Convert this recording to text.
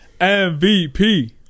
MVP